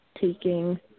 taking